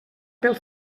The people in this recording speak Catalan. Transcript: pel